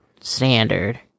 standard